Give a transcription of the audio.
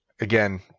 Again